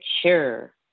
Sure